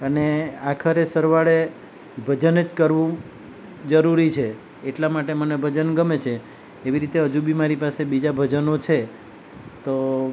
અને આખરે સરવાળે ભજન જ કરું જરૂરી છે એટલા માટે મને ભજન ગમે છે એવી રીતે હજુ બી મારી પાસે બીજા ભજનો છે તો